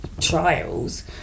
trials